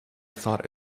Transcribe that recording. thought